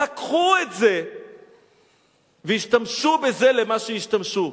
לקחו את זה והשתמשו בזה למה שהשתמשו.